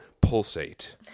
Pulsate